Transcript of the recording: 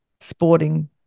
sporting